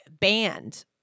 banned